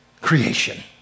creation